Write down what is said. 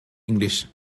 english